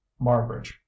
Marbridge